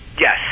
Yes